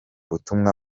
butumwa